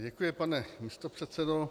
Děkuji, pane místopředsedo.